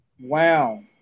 Wow